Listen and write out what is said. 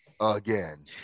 again